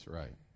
right